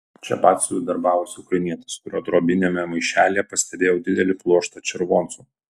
čia batsiuviu darbavosi ukrainietis kurio drobiniame maišelyje pastebėjau didelį pluoštą červoncų